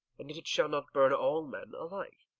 and yet it shall not burn all men alike.